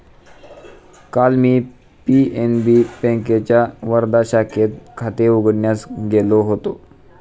काल मी पी.एन.बी बँकेच्या वर्धा शाखेत खाते उघडण्यास गेलो होतो